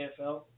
AFL